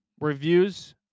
reviews